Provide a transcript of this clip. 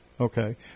Okay